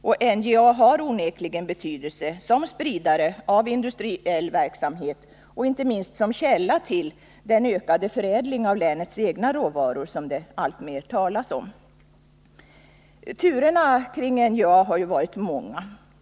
Och NJA har onekligen betydelse som spridare av industriell verksamhet och inte minst som källa till den ökade förädling av länets egna råvaror som det alltmer talas om. Turerna kring NJA har varit många.